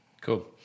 Cool